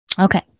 Okay